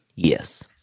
yes